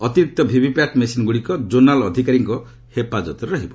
ଅତିରିକ୍ତ VV PAT ମେସିନ୍ଗୁଡ଼ିକ zonal ଅଧିକାରୀଙ୍କ ହେପାଜତରେ ରହିବ